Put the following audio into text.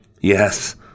Yes